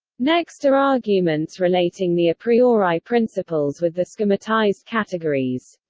next are arguments relating the a priori principles with the so schematized categories.